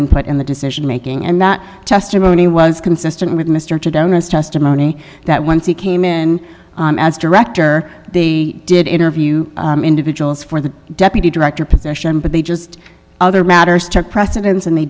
input in the decision making and that testimony was consistent with mr downer's testimony that once he came in as director they did interview individuals for the deputy director position but they just other matters took precedence and they